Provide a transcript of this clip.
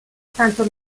tanto